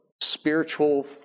spiritual